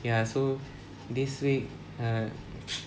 ya so this week err